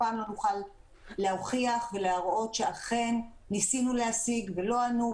פעם לא נוכל להוכיח ולהראות שאכן ניסינו להשיג ולא ענו,